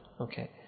Okay